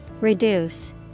Reduce